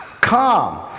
Come